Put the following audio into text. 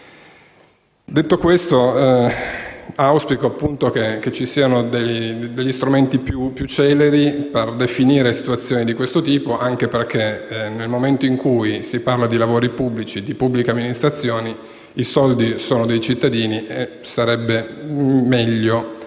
Detto questo, auspico che ci siano degli strumenti più celeri per definire situazioni di questo tipo anche perché, nel momento in cui si parla di lavori pubblici e di pubblica amministrazione, i soldi sono dei cittadini e sarebbe meglio